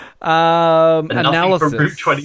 Analysis